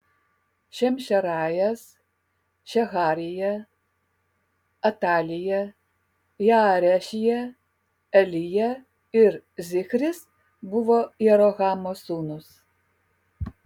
šamšerajas šeharija atalija jaarešija elija ir zichris buvo jerohamo sūnūs